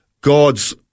God's